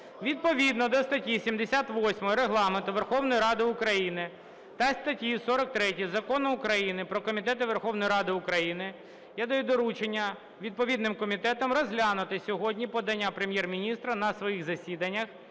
Відповідно до статті 78 Регламенту Верховної Ради України та статті 43 Закону України "Про Комітети Верховної Ради України" я даю доручення відповідним комітетам розглянути сьогодні подання Прем'єр-міністра на своїх засіданнях